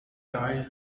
guy